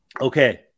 Okay